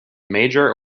major